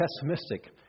pessimistic